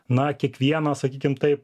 na kiekvieną sakykim taip